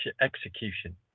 execution